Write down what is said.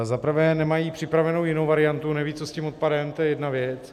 Za prvé nemají připravenou jinou variantu, neví, co s tím odpadem, to je jedna věc.